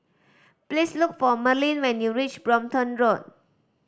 please look for Merlin when you reach Brompton Road